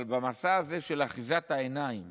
אבל במסע הזה, אחיזת עיניים